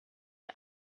die